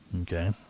Okay